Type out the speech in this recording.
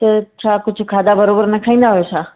त छा कुझु खाधा बरोबर न खाईंदा आहियो छा